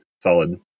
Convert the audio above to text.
solid